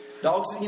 Dogs